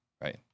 right